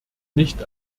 nicht